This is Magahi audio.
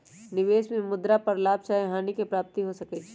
निवेश में मुद्रा पर लाभ चाहे हानि के प्राप्ति हो सकइ छै